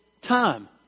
time